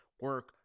Work